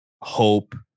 hope